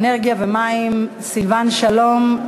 האנרגיה והמים סילבן שלום.